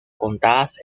contadas